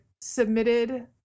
submitted